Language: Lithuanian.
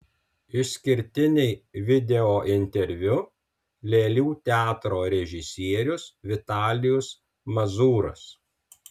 išskirtiniai videointerviu lėlių teatro režisierius vitalijus mazūras